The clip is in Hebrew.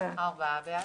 הצבעה בעד,